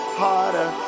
harder